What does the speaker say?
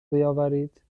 بیاورید